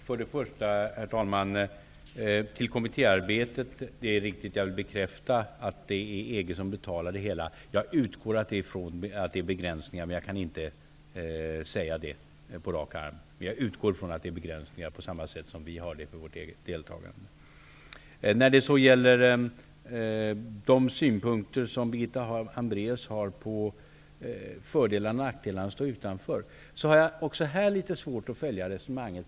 Herr talman! Jag vill bekräfta att det är EG som betalar kommittéarbetet. Jag kan inte säga det på rak arm, men jag utgår från att man har begränsningar, på samma sätt som vi har det beträffande vårt eget deltagande. När det gäller de synpunkter Birgitta Hambraeus har på fördelar och nackdelar med att stå utanför har jag även här litet svårt att följa resonemanget.